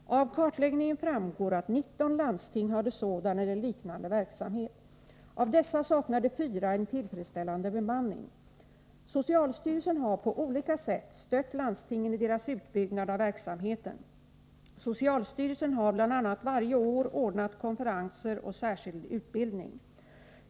Av kartläggningen framgår att 19 landsting hade sådan eller liknande verksamhet. Av dessa saknade fyra en tillfredsställande bemanning. Socialstyrelsen har på olika sätt stött landstingen i deras utbyggnad av verksamheten. Socialstyrelsen har bl.a. varje år ordnat konferenser och särskild utbildning.